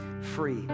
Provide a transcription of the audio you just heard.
free